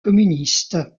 communiste